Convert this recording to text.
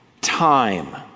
time